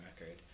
record